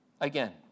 again